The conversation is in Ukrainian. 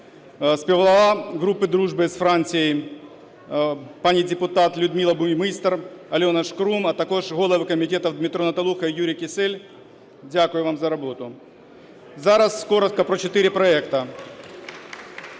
Співголова Групи дружби з Францією пані депутат Людмила Буймістер, Альона Шкрум, а також голови комітетів Дмитро Наталуха і Юрій Кісєль. Дякую вам за роботу. Зараз коротко про чотири проекти.